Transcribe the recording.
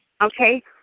okay